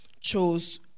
chose